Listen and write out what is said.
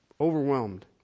overwhelmed